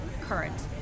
current